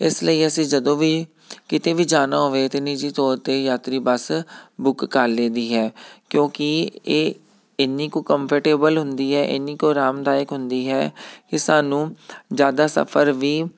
ਇਸ ਲਈ ਅਸੀਂ ਜਦੋਂ ਵੀ ਕਿਤੇ ਵੀ ਜਾਣਾ ਹੋਵੇ ਤਾਂ ਨਿੱਜੀ ਤੌਰ 'ਤੇ ਯਾਤਰੀ ਬੱਸ ਬੁੱਕ ਕਰ ਲਈ ਦੀ ਹੈ ਕਿਉਂਕਿ ਇਹ ਇੰਨੀ ਕੁ ਕੰਫਰਟੇਬਲ ਹੁੰਦੀ ਹੈ ਇੰਨੀ ਕੁ ਆਰਾਮਦਾਇਕ ਹੁੰਦੀ ਹੈ ਕਿ ਸਾਨੂੰ ਜ਼ਿਆਦਾ ਸਫਰ ਵੀ